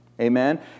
Amen